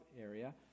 area